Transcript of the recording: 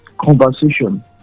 conversation